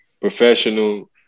professional